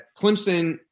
Clemson